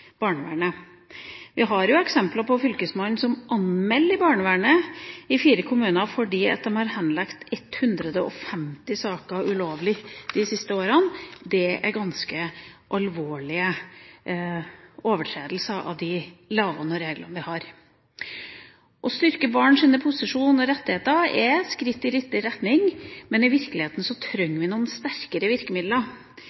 barnevernet. Vi har eksempler på fylkesmenn som anmelder barnevernet, i fire kommuner, fordi en har henlagt 150 saker ulovlig de siste åra. Det er en ganske alvorlig overtredelse av de lover og regler vi har. Å styrke barns posisjon og rettigheter er et skritt i riktig retning, men i virkeligheten